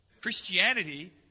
Christianity